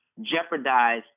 jeopardize